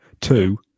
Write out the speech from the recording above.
Two